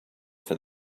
for